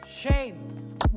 Shame